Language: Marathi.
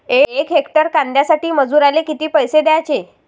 यक हेक्टर कांद्यासाठी मजूराले किती पैसे द्याचे?